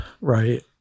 Right